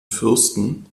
fürsten